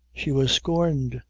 she was scorned,